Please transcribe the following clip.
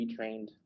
retrained